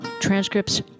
transcripts